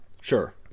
Sure